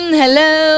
hello